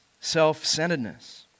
self-centeredness